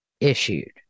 issued